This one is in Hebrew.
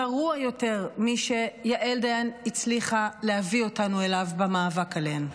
אנחנו במקום גרוע יותר משיעל דיין הצליחה להביא אותנו אליו במאבק עליהם.